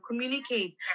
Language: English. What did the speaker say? communicate